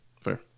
Fair